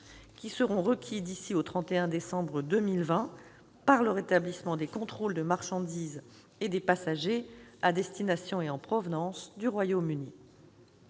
qui seront requis d'ici au 31 décembre 2020 par le rétablissement des contrôles de marchandises et des passagers à destination et en provenance du Royaume-Uni.